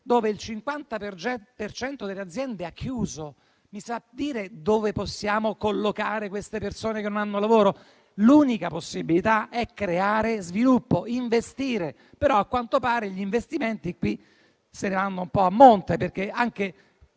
dove il 50 per cento delle aziende ha chiuso. Mi sa dire dove possiamo collocare quelle persone che non hanno lavoro? L'unica possibilità è creare sviluppo, investire, ma a quanto pare gli investimenti vanno un po' a monte, visto che